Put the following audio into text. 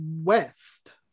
west